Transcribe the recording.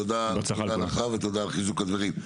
תודה רבה, ותודה על חיזוק הדברים.